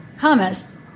hummus